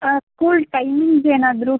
school timings ಏನಾದರೂ